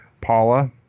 Paula